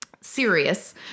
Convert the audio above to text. serious